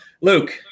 Luke